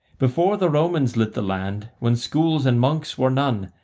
before the romans lit the land, when schools and monks were none,